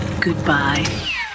Goodbye